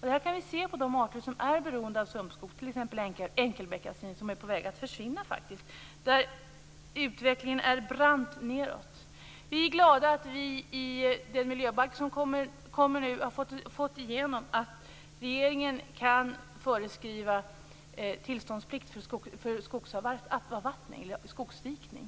Detta kan vi se på de arter som är beroende av sumpskog - t.ex. enkelbeckasinen, som faktiskt är på väg att försvinna. Utvecklingen går där brant nedåt. Vi är glada över att i den miljöbalk som nu kommer ha fått igenom att regeringen kan föreskriva tillståndsplikt för skogsdikning.